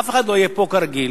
אף אחד לא יהיה פה, כרגיל,